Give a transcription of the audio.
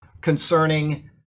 concerning